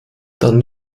dann